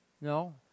No